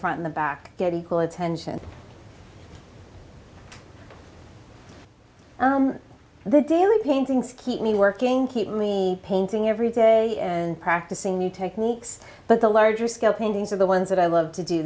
front in the back get equal attention the daily paintings keep me working keep me painting every day and practicing new techniques but the larger scale paintings are the ones that i love to do